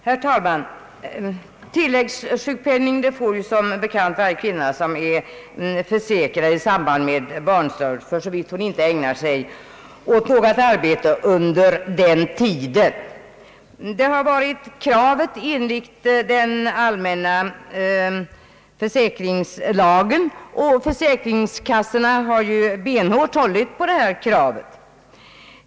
Herr talman! Tilläggssjukpenning i samband med barnsbörd får som bekant varje kvinna som är försäkrad, för så vitt hon inte ägnar sig åt något arbete under tiden för ledigheten. Detta är ett krav enligt den allmänna försäkringslagen, ett krav som försäkringskassorna benhårt har hållit på.